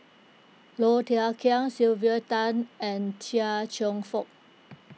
Low Thia Khiang Sylvia Tan and Chia Cheong Fook